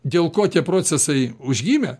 dėl ko tie procesai užgimę